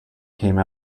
came